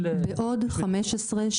זה השקף האחרון?